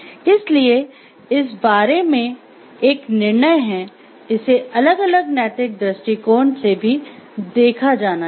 इसलिए इस बारे में एक निर्णय है इसे अलग अलग नैतिक दृष्टिकोण से भी देखा जाना चाहिए